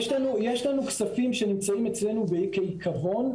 יש לנו כספים שנמצאים אצלנו כערבון.